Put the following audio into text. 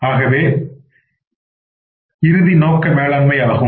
அதுவே இறுதி நோக்க மேலாண்மை ஆகும்